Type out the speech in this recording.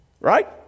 Right